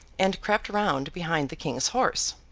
and crept round behind the king's horse.